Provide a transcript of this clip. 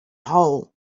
hole